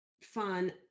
fun